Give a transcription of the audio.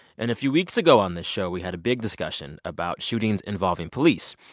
and a few weeks ago on this show, we had a big discussion about shootings involving police.